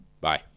bye